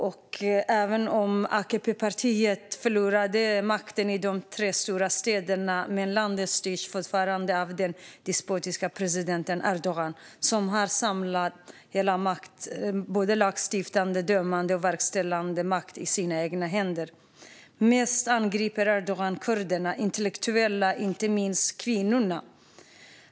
Trots att AKP förlorade makten i de tre stora städerna styrs landet fortfarande av den despotiske presidenten Erdogan. Han har samlat all makt, såväl den lagstiftande som dömande och verkställande makten, i sina egna händer. Mest angriper Erdogan kurderna, de intellektuella och inte minst kvinnorna.